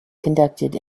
conducted